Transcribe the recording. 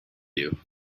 you